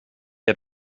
had